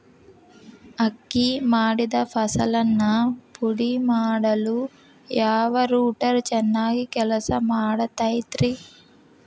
ಅಕ್ಕಿ ಮಾಡಿದ ಫಸಲನ್ನು ಪುಡಿಮಾಡಲು ಯಾವ ರೂಟರ್ ಚೆನ್ನಾಗಿ ಕೆಲಸ ಮಾಡತೈತ್ರಿ?